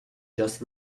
just